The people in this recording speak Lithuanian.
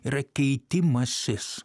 yra keitimasis